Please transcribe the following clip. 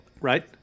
right